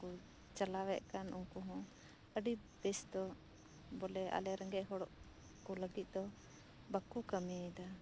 ᱱᱩᱠᱩ ᱠᱚ ᱪᱟᱞᱟᱣᱭᱮᱫ ᱠᱟᱱ ᱩᱱᱠᱩ ᱦᱚᱸ ᱟᱹᱰᱤ ᱵᱮᱥ ᱫᱚ ᱵᱚᱞᱮ ᱟᱞᱮ ᱨᱮᱜᱮᱡᱽ ᱦᱚᱲ ᱠᱩ ᱞᱟᱹᱜᱤᱫ ᱫᱚ ᱵᱟᱠᱩ ᱠᱟᱹᱢᱤ ᱭᱮᱫᱟ